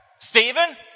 Stephen